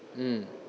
mm